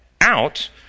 out